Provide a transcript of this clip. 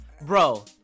bro